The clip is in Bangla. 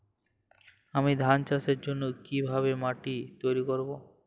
আমি ধান চাষের জন্য কি ভাবে মাটি তৈরী করব?